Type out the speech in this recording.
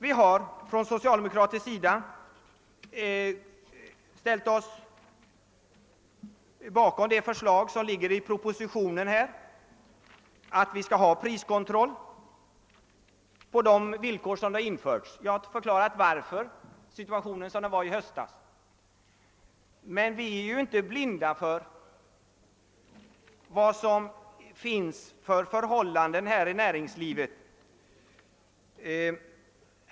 Vi har från socialdemokratisk sida ställt oss bakom förslaget i propositionen om en priskontroll på de villkor enligt vilka den infördes. Jag har förklarat varför. Anledningen är den situation vi befann oss i i höstas. Men vi är inte blinda för förhållandena inom näringslivet.